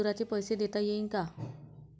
मले माया मजुराचे पैसे देता येईन का?